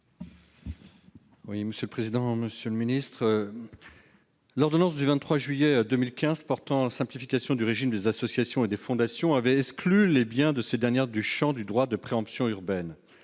L'ordonnance du 23 juillet 2015 portant simplification du régime des associations et des fondations avait exclu les biens de ces dernières du champ du droit de la préemption urbaine.